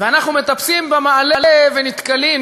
ואנחנו מטפסים במעלה ונתקלים,